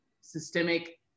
systemic